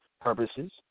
purposes